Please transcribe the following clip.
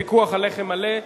פיקוח על מחיר לחם מלא),